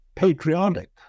patriotic